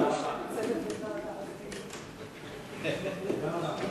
שימוש מותר בתמונות שצילמו גופים ציבוריים),